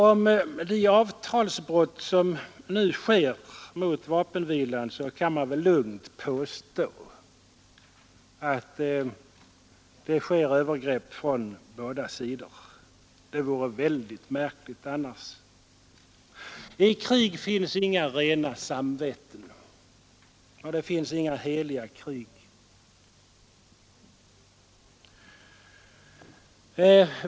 Och när det gäller de avtalsbrott mot vapenvilan som nu sker kan man väl lugnt påstå att det görs övergrepp från båda sidor. Det vore mycket märkligt annars. I krig finns inga rena samveten, Det finns inga heliga krig.